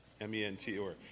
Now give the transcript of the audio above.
M-E-N-T-O-R